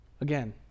Again